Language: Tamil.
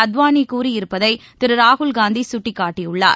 அத்வானிகூறியிருப்பதைதிருராகுல் காந்திசுட்டிக்காட்டியுள்ளார்